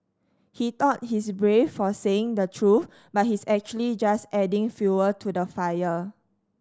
he thought he's brave for saying the truth but he's actually just adding fuel to the fire